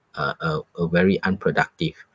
uh uh uh very unproductive